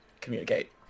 communicate